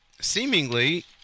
seemingly